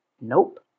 Nope